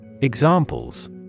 Examples